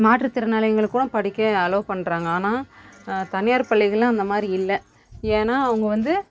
மாற்றுத்திறனாளிகளுக்கும் படிக்க அலோவ் பண்ணுறாங்க ஆனால் தனியார் பள்ளிகளெலாம் அந்த மாதிரி இல்லை ஏன்னால் அவங்க வந்து